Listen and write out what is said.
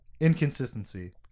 inconsistency